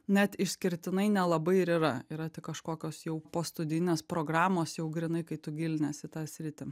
net išskirtinai nelabai ir yra yra tik kažkokios jau po studijinės programos jau grynai kai tu giliniesi į tą sritį